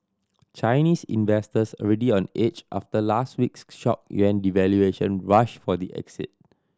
Chinese investors already on edge after last week's shock yuan devaluation rushed for the exit